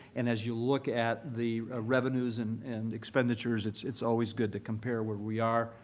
and as you look at the revenues and and expenditures, it's it's always good to compare where we are,